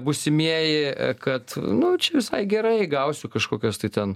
būsimieji kad nu čia visai gerai gausiu kažkokios tai ten